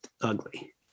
ugly